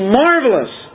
marvelous